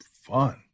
fun